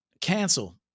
cancel